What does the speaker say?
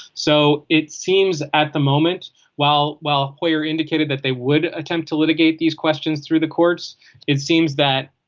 so it seems at the moment while while we're indicated that they would attempt to litigate these questions through the courts it seems that